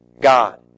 God